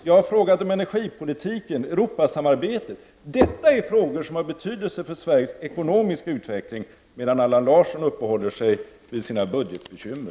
Jag har frågat om energipolitiken och om Europasamarbetet. Detta är frågor som har betydelse för Sveriges ekonomiska utveckling. Allan Larsson däremot uppehåller sig vid sina budgetbekymmer.